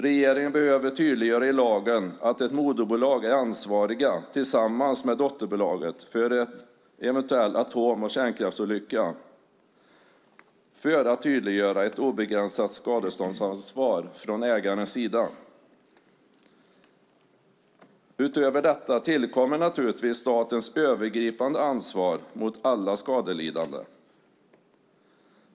Regeringen behöver tydliggöra i lagen att ett moderbolag är ansvarigt tillsammans med dotterbolaget för en eventuell atom och kärnkraftsolycka för att tydliggöra ett obegränsat skadeståndsansvar från ägarnas sida. Utöver detta tillkommer naturligtvis statens övergripande ansvar mot alla skadelidande.